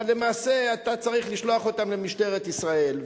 אבל למעשה אתה צריך לשלוח אותם למשטרת ישראל.